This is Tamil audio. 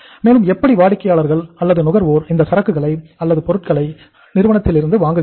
மேலும் எப்படி வாடிக்கையாளர்கள் அல்லது நுகர்வோர் இந்த சரக்குகளை அல்லது பொருள்களை நிறுவனத்திலிருந்து வாங்குவார்கள்